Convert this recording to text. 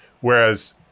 whereas